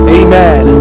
amen